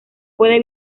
puede